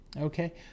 Okay